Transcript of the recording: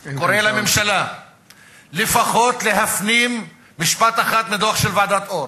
אני קורא לממשלה לפחות להפנים משפט אחד מהדוח של ועדת-אור,